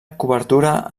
cobertura